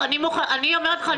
אני אומרת לך,